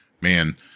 man